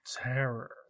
Terror